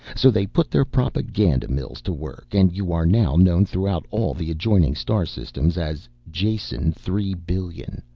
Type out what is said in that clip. so they put their propaganda mills to work and you are now known throughout all the adjoining star systems as jason three billion,